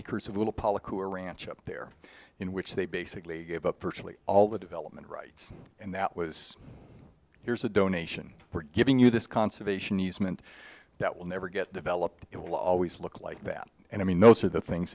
acres of little pollock who are ranch up there in which they basically gave up virtually all the development rights and that was here's a donation we're giving you this conservation easement that will never get developed it will always look like that and i mean those are the things